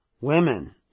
Women